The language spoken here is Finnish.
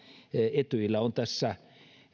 etyjillä on tässä